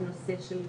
לא על האישה הבודדת,